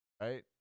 Right